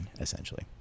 essentially